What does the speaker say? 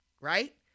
Right